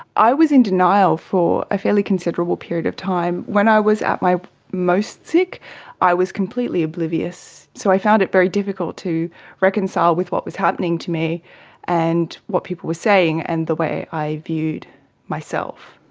i was in denial for a fairly considerable period of time. when i was at my most sick i was completely oblivious. so i found it very difficult to reconcile with what was happening to me and what people were saying and the way i viewed myself.